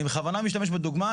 אני בכוונה משתמש בדוגמה.